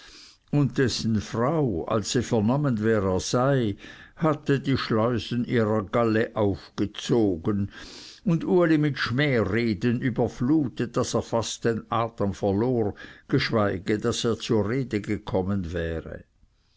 und dessen frau als sie vernommen wer er sei hatte die schleusen ihrer galle aufgezogen und uli mit schmähreden überflutet daß er fast den atem verlor geschweige daß er zur rede gekommen wäre